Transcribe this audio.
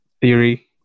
theory